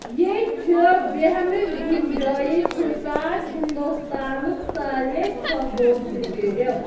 یہِ چھُ بہنٕچ گنجٲیِش حساب ہندوستانُک ساروے کھۄتہٕ بوٚڑ سٹیٚڈیم